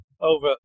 over